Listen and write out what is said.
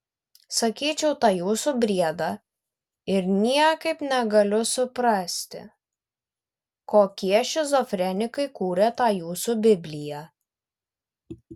sakyčiau tą jūsų briedą ir niekaip negaliu suprasti kokie šizofrenikai kūrė tą jūsų bibliją